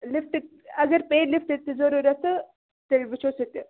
list اگر پیٚیہِ لِسٹٕچ تہِ ضروٗرَت تہٕ تیٚلہِ وُچھو سُہ تہِ